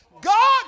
God